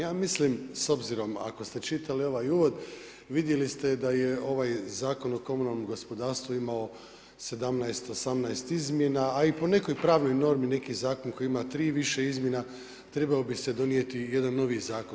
Ja mislim s obzirom ako ste čitali ovaj uvod vidjeli ste da je ovaj Zakon o komunalnom gospodarstvu imao 17, 18 izmjena, a i po nekoj pravnoj normi neki zakon koji ima tri i više izmjena trebao bi se donijeti jedan novi zakon.